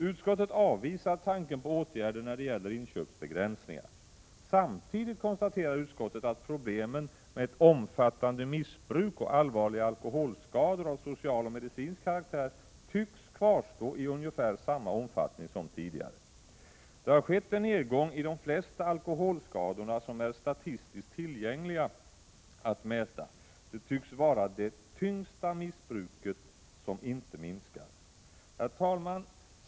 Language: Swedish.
Utskottet avvisar tanken på åtgärder när det gäller inköpsbegränsningar. Samtidigt konstaterar utskottet att problemen med ett omfattande missbruk och allvarliga alkoholskador av social och medicinsk karaktär tycks kvarstå i ungefär samma omfattning som tidigare. Det har skett en minskning av de flesta alkoholskador som är statistiskt tillgängliga för mätning. Det tycks vara det tyngsta missbruket som inte minskar. Herr talman!